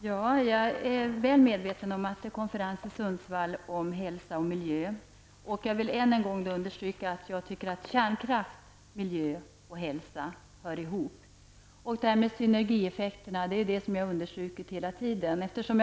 Fru talman! Jag är väl medveten om att det är en konferens i Sundsvall om hälsa och miljö. Än en gång vill jag understryka att jag tycker att kärnkraft, miljö och hälsa hör ihop, liksom synergieffekterna. Detta har jag hela tiden understrukit.